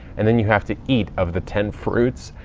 and then you have to eat of the ten fruits.